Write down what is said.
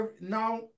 now